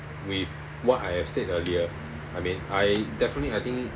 with what I have said earlier I mean I definitely I think